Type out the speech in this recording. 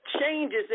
changes